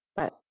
but